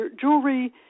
jewelry